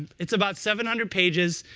it's about seven hundred pages,